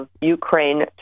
Ukraine